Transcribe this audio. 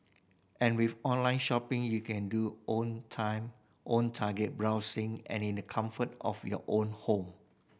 and with online shopping you can do own time own target browsing and in the comfort of your own home